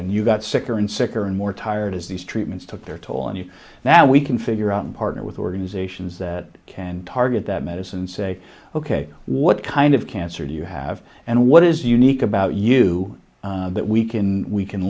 and you got sicker and sicker and more tired as these treatments took their toll and you now we can figure out a partner with organizations that can target that medicine and say ok what kind of cancer do you have and what is unique about you that we can we can